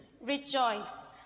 Rejoice